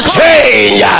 change